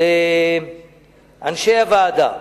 לאנשי הוועדה.